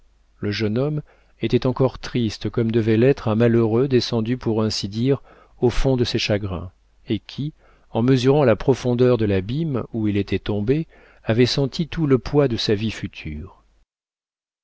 le jeune homme était encore triste comme devait l'être un malheureux descendu pour ainsi dire au fond de ses chagrins et qui en mesurant la profondeur de l'abîme où il était tombé avait senti tout le poids de sa vie future